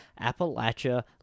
Appalachia